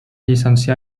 llicencià